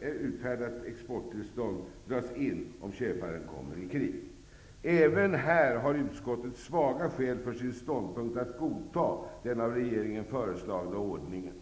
utfärdat exporttillstånd dras in om köparen kommer i krig. Även här har utskottet svaga skäl för sin ståndpunkt att godta den av regeringen föreslagna ordningen.